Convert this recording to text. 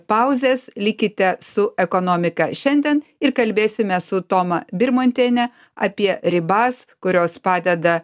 pauzės likite su ekonomika šiandien ir kalbėsime su toma birmontiene apie ribas kurios padeda